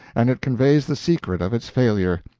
and it conveys the secret of its failure.